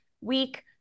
week